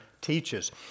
teaches